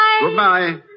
Goodbye